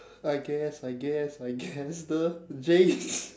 I guess I guess I guess the jinx